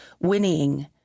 whinnying